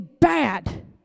bad